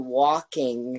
walking